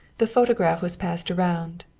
the photograph was passed around.